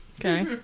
Okay